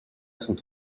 sont